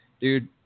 dude